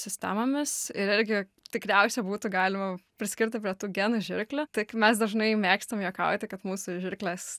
sistemomis ir irgi tikriausia būtų galima priskirti prie tų genų žirklių tik mes dažnai mėgstam juokauti kad mūsų žirklės